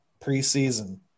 preseason